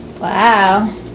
Wow